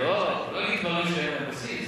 לא להגיד דברים שאין להם בסיס.